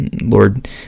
Lord